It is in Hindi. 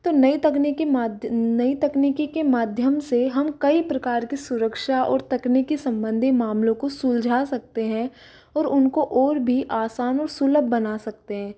तो नई तकनीकी माध्य नई तकनीकी के माध्यम से हम कई प्रकार की सुरक्षा और तकनीकी संबंधी मामलों को सुलझा सकते हैं और उनको और भी आसान और सुलभ बना सकते हैं